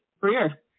career